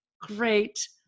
great